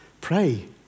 Pray